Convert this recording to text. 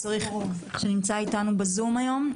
שנמצא איתנו בזום היום.